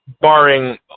barring